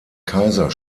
kaiser